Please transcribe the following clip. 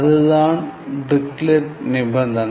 அதுதான் டிரிக்லெட் நிபந்தனை